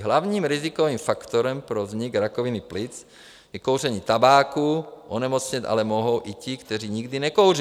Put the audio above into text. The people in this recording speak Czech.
Hlavním rizikovým faktorem pro vznik rakoviny plic je kouření tabáku, onemocnět ale mohou i ti, kteří nikdy nekouřili.